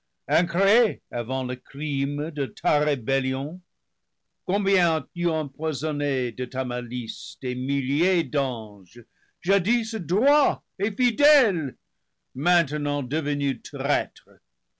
avant le crime de ta rébellion coin bien as-tu empoisonné de ta malice des milliers d'anges jadis droits et fidèles maintenant devenus